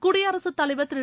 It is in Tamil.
குடியரசுத் தலைவர் திரு